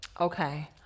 Okay